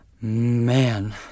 Man